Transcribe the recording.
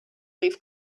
leaf